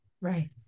Right